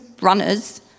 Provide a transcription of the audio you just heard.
runners